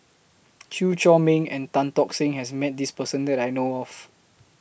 Chew Chor Meng and Tan Tock Seng has Met This Person that I know of